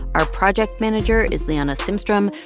our project manager is liana simstrom.